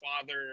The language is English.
father